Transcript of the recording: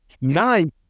nine